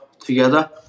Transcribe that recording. together